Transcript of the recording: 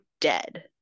dead